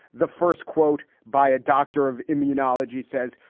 the first quote by a doctor of immunology says,